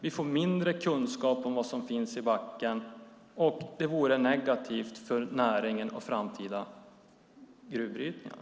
Vi får mindre kunskap om vad som finns i marken, och det vore negativt för näringen och framtida gruvbrytningar.